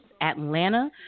Atlanta